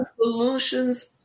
Solutions